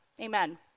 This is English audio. Amen